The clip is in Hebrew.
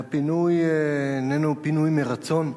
והפינוי איננו פינוי מרצון,